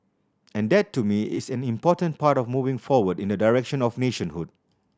and that to me is an important part of moving forward in the direction of nationhood